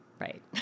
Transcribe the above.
Right